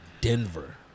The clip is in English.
Denver